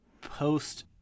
post